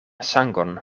sangon